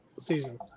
season